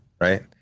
right